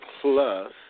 plus